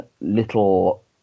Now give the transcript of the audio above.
little